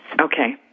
Okay